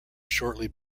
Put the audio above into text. shortly